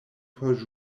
por